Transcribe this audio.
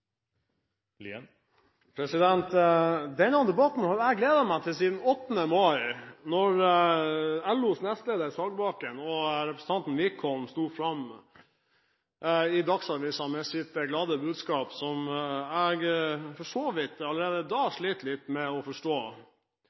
yrkesfag. Denne debatten har jeg gledet meg til siden 8. mai, da LOs nestleder, Tor-Arne Solbakken, og representanten Wickholm sto fram i Dagsavisen med sitt glade budskap, som jeg for så vidt allerede da slet litt med å forstå.